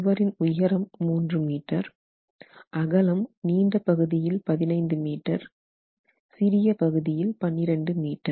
சுவரின் உயரம் 3 மீட்டர் அகலம் நீண்ட பகுதியில் 15 மீட்டர் சிறிய பகுதியில் 12 மீட்டர்